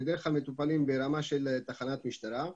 בדרך כלל מטופלות ברמה של תחנת משטרה.